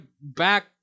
back